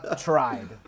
tried